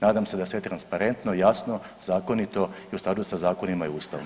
Nadam se da je sve transparentno, jasno, zakonito i u skladu sa zakonima i Ustavom.